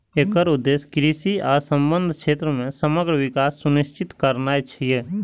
एकर उद्देश्य कृषि आ संबद्ध क्षेत्र मे समग्र विकास सुनिश्चित करनाय छियै